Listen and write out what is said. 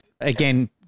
Again